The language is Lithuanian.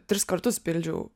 tris kartus pildžiau